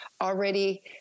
already